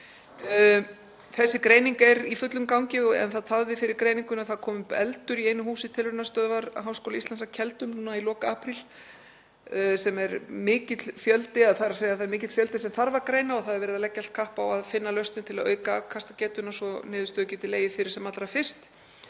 Þessi greining er í fullum gangi en það tafði fyrir greiningunni að það kom upp eldur í einu húsi Tilraunastöðvar Háskóla Íslands að Keldum í lok apríl. Það er mikill fjöldi sem þarf að greina og verið að leggja allt kapp á að finna lausnir til að auka afkastagetuna svo niðurstöður geti legið fyrir sem allra fyrst.